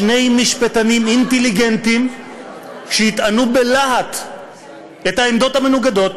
שני משפטנים אינטליגנטים שיטענו בלהט את העמדות המנוגדות.